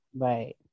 Right